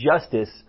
justice